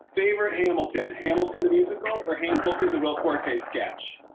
favorite hamilton hamilton the musical or hamilton, the will forte sketch?